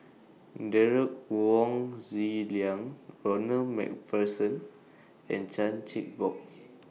Derek Wong Zi Liang Ronald MacPherson and Chan Chin Bock